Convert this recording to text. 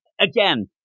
again